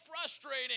frustrating